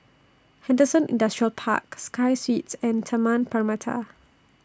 Henderson Industrial Park Sky Suites and Taman Permata